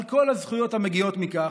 על כל הזכויות המגיעות מכך.